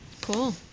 Cool